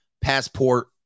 Passport